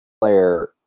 player